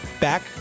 back